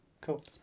cool